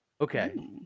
Okay